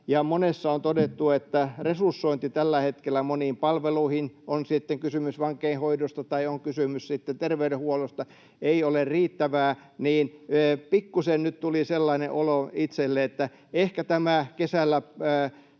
monessa on todettu, että resursointi tällä hetkellä moniin palveluihin — on sitten kysymys vankeinhoidosta tai on kysymys sitten terveydenhuollosta — ei ole riittävää, niin pikkuisen nyt tuli sellainen olo itselle, että ehkä tämä kesällä